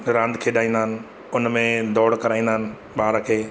रांधि खेॾाईंदा आहिनि उन में दौड़ कराईंदा आहिनि ॿार खे